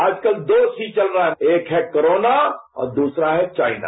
आजकल दो ही चीज चल रहा है एक है कोरोना और दूसरा है चाइना